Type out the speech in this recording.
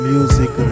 Music